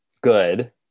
good